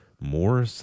more